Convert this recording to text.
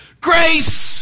Grace